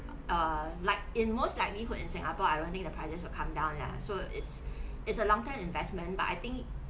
err like in most likelihood in singapore I don't think the prices will come down lah so it's it's a long term investment but I think